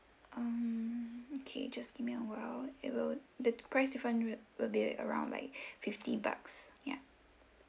um okay just give me a while it will the price different will be around like fifty bucks ya